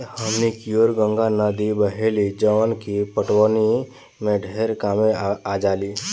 हमनी कियोर गंगा नद्दी बहेली जवन की पटवनी में ढेरे कामे आजाली